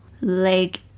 leg